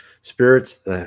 spirits